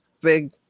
big